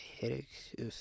headache